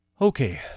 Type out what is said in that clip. Okay